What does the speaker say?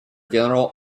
general